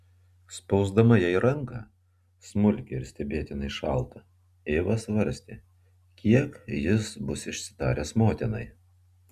spausdama jai ranką smulkią ir stebėtinai šaltą eiva svarstė kiek jis bus išsitaręs motinai